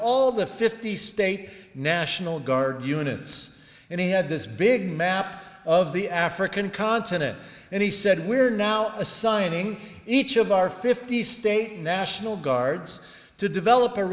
all the fifty state national guard units and he had this big map of the african continent and he said we're now assigning each of our fifty state national guards to develop a